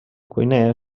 cuiner